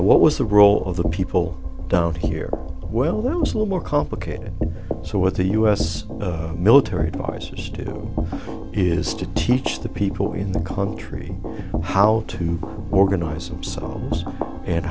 what was the role of the people down here well that was a little more complicated so what the u s military advisors do is to teach the people in the country how to organize themselves and